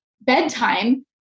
bedtime